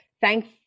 thanks